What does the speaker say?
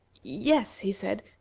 yes, he said,